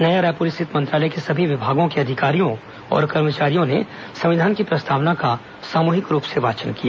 नया रायपुर स्थित मंत्रालय के सभी विभागों के अधिकारियों और कर्मचारियों ने संविधान की प्रस्तावना का सामूहिक रूप से वाचन किया